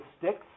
sticks